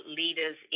leaders